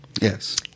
Yes